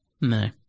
No